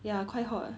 ya quite hot